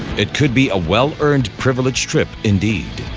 it could be a well earned privilege trip indeed